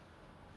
!wah!